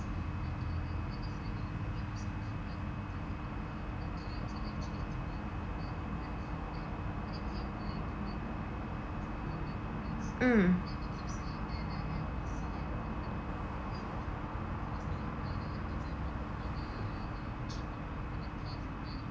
mm